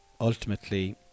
ultimately